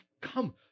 come